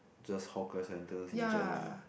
just hawker centres in general